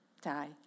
Die